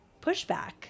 pushback